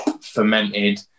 fermented